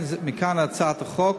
מכאן הצעת החוק,